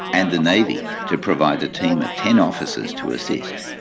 and the navy to provide a team of ten officers to assist.